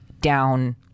down